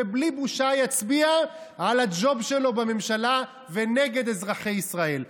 ובלי בושה יצביע על הג'וב שלו בממשלה ונגד אזרחי ישראל.